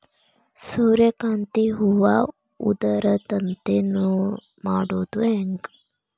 ಸೂರ್ಯಕಾಂತಿ ಹೂವ ಉದರದಂತೆ ಮಾಡುದ ಹೆಂಗ್?